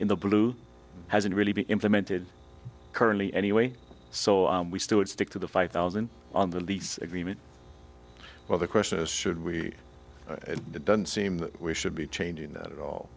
in the blue hasn't really been implemented currently anyway so we still would stick to the five thousand on the lease agreement well the question is should we and it doesn't seem that we should be changing that at all